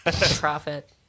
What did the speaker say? profit